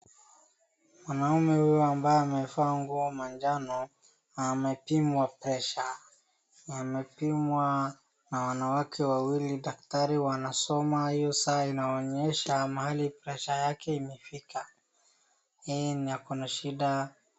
Mwanaume huyu ambaye amevaa nguo manjano amepimwa pressure . Amepimwa na wanawake wawili. Daktari anasoma hiyo saa inaonyesha mahali pressure yake imefika. Hii ni akona shida.